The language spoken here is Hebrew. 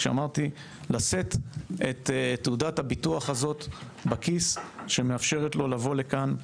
כשאמרתי לשאת את תעודת הביטוח הזאת בכיס שמאפשרת לו לבוא לכאן,